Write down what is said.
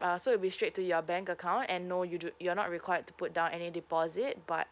uh so it will be straight to your bank account and no you do you are not required to put down any deposit but